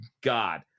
god